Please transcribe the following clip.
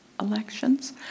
elections